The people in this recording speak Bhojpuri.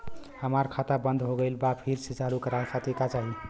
हमार खाता बंद हो गइल बा फिर से चालू करा खातिर का चाही?